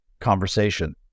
conversation